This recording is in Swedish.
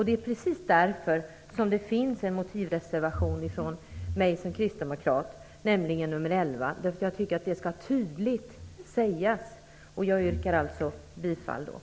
Det är precis därför som det finns en motivreservation från mig som kristdemokrat, nämligen nr 11. Jag tycker att detta skall sägas tydligt. Jag yrkar bifall till reservationen.